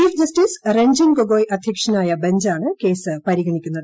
chief justice Ranjan Gogoi അധ്യക്ഷനായ ബഞ്ചാണ് case പരിഗണിക്കുന്നത്